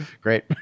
Great